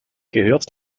gehört